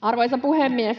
Arvoisa puhemies!